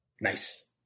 Nice